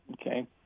Okay